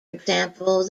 example